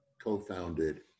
co-founded